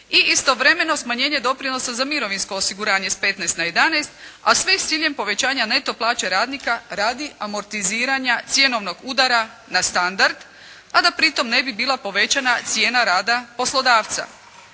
i istovremeno smanjenje doprinosa za mirovinsko osiguranje sa 15 na 11, a sve sa ciljem povećanja neto plaće radnika radi amortizirana cjenovnog udara na standard. A da pri tome ne bi bila povećana cijena rada poslodavca.